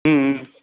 ह्म् ह्म्